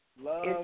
Love